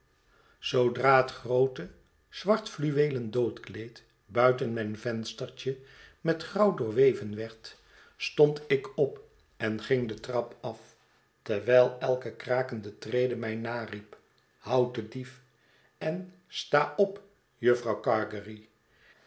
zoodra het groote zwart ftuweelen doodkleed buiten mijn venstertje met grauw doorweven werd stond ik op en ging de trap af terwijl elke krakende trede mij nariep houd den dief i en sta op jufvrouw gargery